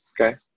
Okay